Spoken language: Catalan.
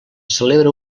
celebra